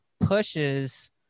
pushes